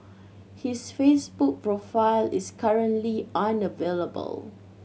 his Facebook profile is currently unavailable